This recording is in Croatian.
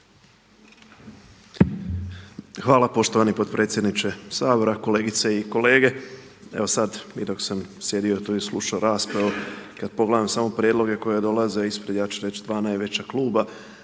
Hvala poštovani potpredsjedniče Sabora, kolegice i kolege. Evo sad i dok sam sjedio tu i slušao raspravu, kad pogledam samo prijedloge koji dolaze ispred, ja ću reći najveća kluba,